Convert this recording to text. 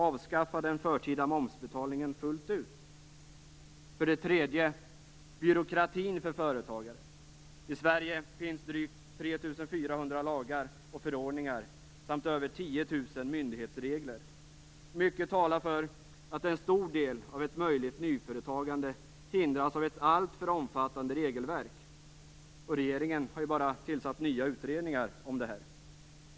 Avskaffa den förtida momsinbetalningen fullt ut! För det tredje: byråkratin för företagare. I Sverige finns drygt 3 400 lagar och förordningar samt över 10 000 myndighetsregler. Mycket talar för att en stor del av ett möjligt nyföretagande hindras av ett alltför omfattande regelverk, och regeringen har bara tillsatt nya utredningar om det här.